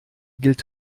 gilt